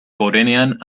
gorenean